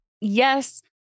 yes